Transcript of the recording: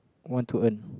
want to earn